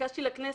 ביקשתי לכנסת.